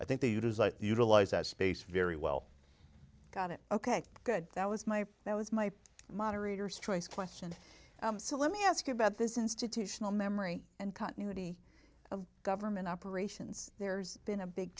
i think they use i utilize that space very well got it ok good that was my that was my moderator's choice question so let me ask you about this institutional memory and continuity of government operations there's been a big